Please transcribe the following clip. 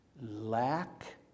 lack